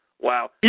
Wow